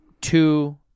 two